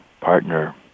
partner